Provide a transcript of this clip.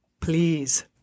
Please